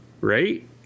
right